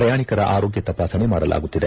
ಪ್ರಯಾಣಿಕರ ಆರೋಗ್ಯ ತಪಾಸಣೆ ಮಾಡಲಾಗುತ್ತಿದೆ